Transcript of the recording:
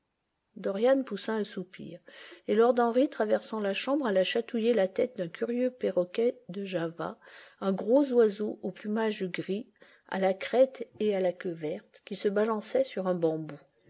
dorian poussa un soupir et lord henry traversant la chambre alla chatouiller la tête d'un curieux perroquet de java un gros oiseau au plumage gris à la crête et à la queue vertes qui se balançait sur un bambou